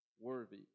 worthy